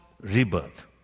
rebirth